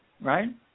Right